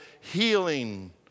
healing